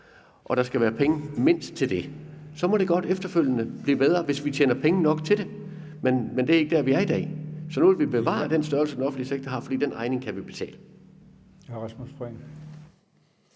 og der skal være penge mindst til det. Så må det godt efterfølgende blive bedre, hvis vi tjener penge nok til det. Men det er ikke dér, vi er i dag. Så nu vil vi bevare den størrelse, den offentlige sektor har, for den regning kan vi betale.